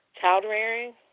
child-rearing